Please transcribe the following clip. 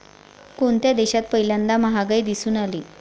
कोणत्या देशात पहिल्यांदा महागाई दिसून आली?